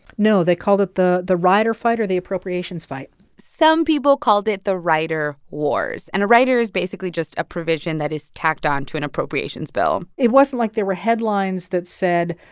no, they called it the the rider fight or the appropriations fight some people called it the rider wars. and a rider is basically just a provision that is tacked on to an appropriations bill it wasn't like there were headlines that said,